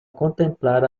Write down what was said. contemplar